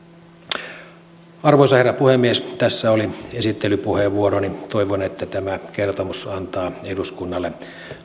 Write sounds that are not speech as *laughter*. *unintelligible* lähemmin arvoisa herra puhemies tässä oli esittelypuheenvuoroni toivon että tämä kertomus antaa eduskunnalle